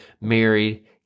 married